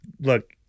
look